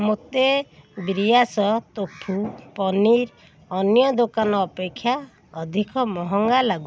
ମୋତେ ବ୍ରିୟାସ ତୋଫୁ ପନିର ଅନ୍ୟ ଦୋକାନ ଅପେକ୍ଷା ଅଧିକ ମହଙ୍ଗା ଲାଗୁଛି